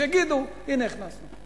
שיגידו: הנה, הכנסנו.